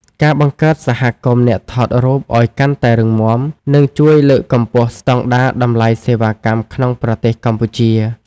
ការបង្កើតសហគមន៍អ្នកថតរូបឱ្យកាន់តែរឹងមាំ នឹងជួយលើកកម្ពស់ស្តង់ដារតម្លៃសេវាកម្មក្នុងប្រទេសកម្ពុជា។